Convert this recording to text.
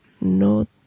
no